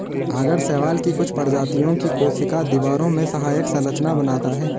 आगर शैवाल की कुछ प्रजातियों की कोशिका दीवारों में सहायक संरचना बनाता है